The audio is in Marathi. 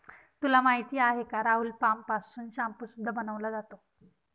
तुला माहिती आहे का राहुल? पाम पासून शाम्पू सुद्धा बनवला जातो